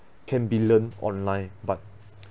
can be learned online but